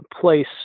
place